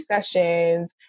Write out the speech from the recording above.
sessions